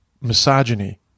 misogyny